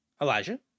Elijah